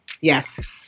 Yes